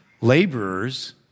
laborers